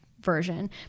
version